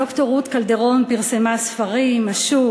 ד"ר רות קלדרון פרסמה ספרים: "השוק.